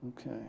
Okay